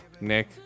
Nick